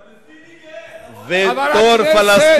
"פלסטיני גאה", אתה רואה?